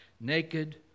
Naked